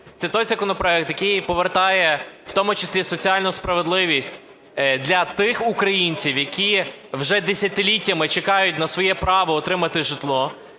це той законопроект, який повертає в тому числі соціальну справедливість для тих українців, які вже десятиліттями чекають на своє право отримати житло.